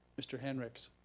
mr. henricks.